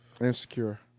Insecure